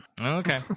Okay